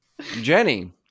Jenny